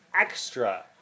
extra